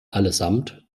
allesamt